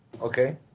Okay